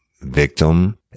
victim